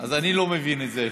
אז אני לא מבין את זה.